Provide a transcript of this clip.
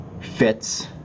fits